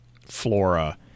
flora